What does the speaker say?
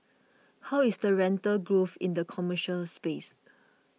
how is the rental growth in the commercial space